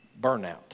burnout